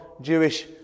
Jewish